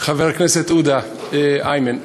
חבר הכנסת איימן עודה,